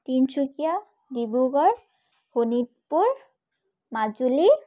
Tinsukia Dibrugarh Sonitpur Majuli